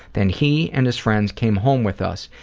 then he and his friends came home with us.